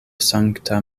sankta